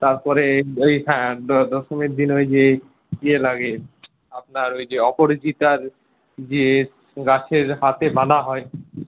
তারপরে ওই হ্যাঁ দশমীর দিন ওই যে ইয়ে লাগে আপনার ওই যে অপরাজিতার যে গাছের হাতে বাঁধা হয়